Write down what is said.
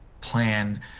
plan